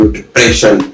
depression